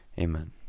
Amen